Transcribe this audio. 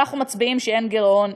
אנחנו מצביעים שאין גירעון,